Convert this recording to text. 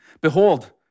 Behold